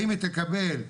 האם היא תקבל השנה,